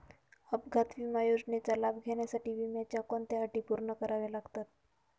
अपघात विमा योजनेचा लाभ घेण्यासाठी विम्याच्या कोणत्या अटी पूर्ण कराव्या लागतात?